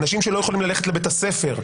אנשים שלא יכולים ללכת לבית הספר,